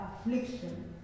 affliction